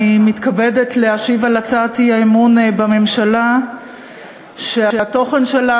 אני מתכבדת להשיב על הצעת האי-אמון בממשלה שהתוכן שלה,